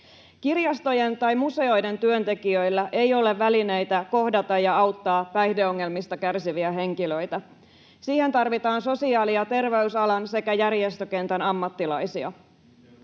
Kirjastojen tai museoiden työntekijöillä ei ole välineitä kohdata ja auttaa päihdeongelmista kärsiviä henkilöitä. Siihen tarvitaan sosiaali- ja terveysalan sekä järjestökentän ammattilaisia. Tässä